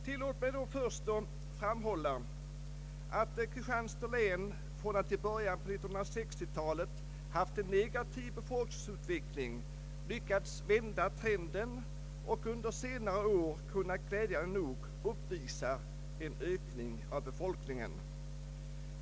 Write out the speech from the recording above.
Tillåt mig först framhålla att Kristianstads län från att i början av 1960 talet ha haft en negativ befolkningsutveckling lyckats vända trenden och under senare år kunnat glädjande nog uppvisa en ökning av befolkningen.